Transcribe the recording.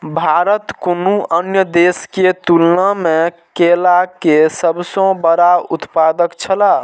भारत कुनू अन्य देश के तुलना में केला के सब सॉ बड़ा उत्पादक छला